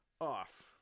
off